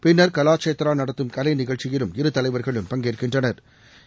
பின்னா் கலாச்சேத்ரா நடத்தும் கலை நிகழ்ச்சியிலும் இரு தலைவா்களும் பஙகேற்கின்றனா்